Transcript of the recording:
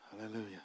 Hallelujah